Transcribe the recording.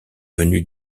venu